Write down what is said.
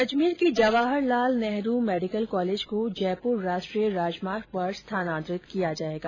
अजमेर के Jawaharlal Nehru medical college को जयपुर राष्ट्रीय राजमार्ग पर स्थानांतरित किया जाएगा